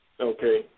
Okay